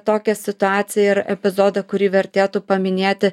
tokią situaciją ir epizodą kurį vertėtų paminėti